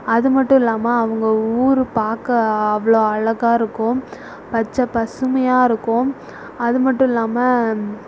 அது மட்டும் இல்லாமல் அவங்க ஊர் பார்க்க அவ்வளோ அழகாருக்கும் பச்சை பசுமையாயிருக்கும் அது மட்டும் இல்லாமல்